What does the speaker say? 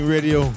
Radio